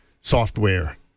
software